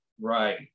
right